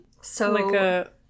So-